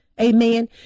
Amen